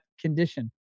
condition